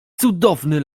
cudowny